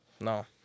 No